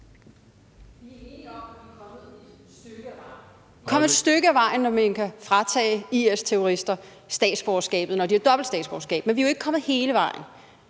godt stykke af vejen, når man kan fratage IS-terrorister statsborgerskabet, når de har dobbelt statsborgerskab, men vi er jo ikke kommet hele vejen.